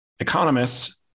economists